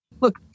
look